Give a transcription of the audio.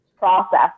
Process